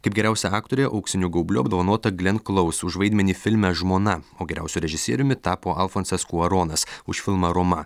kaip geriausia aktorė auksiniu gaubliu apdovanota glen klous už vaidmenį filme žmona o geriausiu režisieriumi tapo alfonsas kuaronas už filmą roma